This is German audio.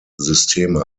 systeme